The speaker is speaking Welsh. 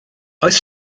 oes